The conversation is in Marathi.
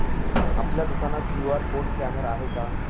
आपल्या दुकानात क्यू.आर कोड स्कॅनर आहे का?